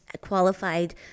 qualified